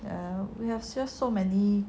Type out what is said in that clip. and we have just so many